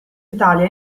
italia